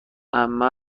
عمه